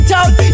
out